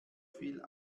fiel